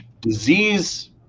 disease